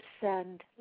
send